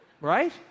Right